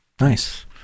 nice